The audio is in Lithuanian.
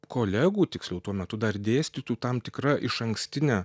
kolegų tiksliau tuo metu dar dėstytų tam tikra išankstine